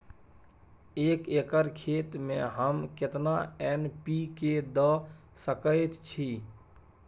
एक एकर खेत में हम केतना एन.पी.के द सकेत छी?